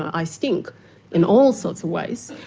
i stink in all sorts of ways.